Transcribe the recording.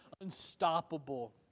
unstoppable